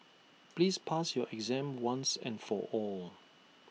please pass your exam once and for all